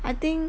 I think